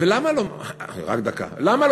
ולמה רק דקה.